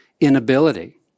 inability